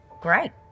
great